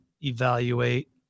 evaluate